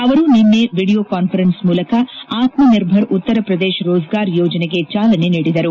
ಅವರು ನಿನ್ನೆ video conference ಮೂಲಕ ಆತ್ಮ ನಿರ್ಭರ್ ಉತ್ತರ ಪ್ರದೇಶ ರೋಜ್ಗಾರ್ ಯೋಜನೆಗೆ ಚಾಲನೆ ನೀಡಿದರು